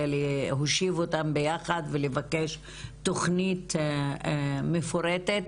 להושיב אותם ביחד ולבקש תכנית מפורטת,